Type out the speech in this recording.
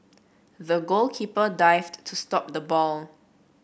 the goalkeeper dived to stop the ball